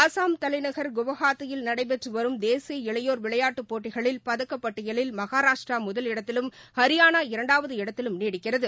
அஸ்ஸாம் தலைநகர் குவாஸாத்தியில் நடைபெற்றுவரும் தேசிய இளையோர் விளையாட்டுப் போட்டிகளில் பதக்கப்பட்டியலில் மகாராஷ்டிராமுதல் இடத்திலும் ஹரியானா இரண்டாவது இடத்திலும் நீடிக்கிறது